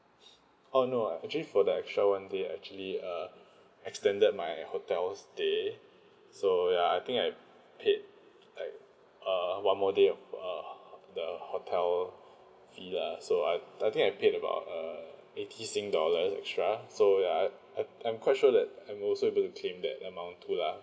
oh no ac~ actually for the extra one day I actually uh extended my hotel stay so ya I think I paid like uh one more day of err the hotel fee lah so I I think I paid about uh eighty sing dollars extra so ya I I'm I'm quite sure that I'm also will claim that amount too lah